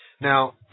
Now